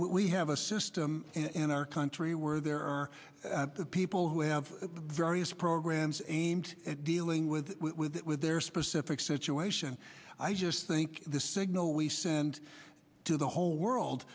we have a system in our country where there are people who have various programs aimed at dealing with their specific situation i just think the signal we send to the whole world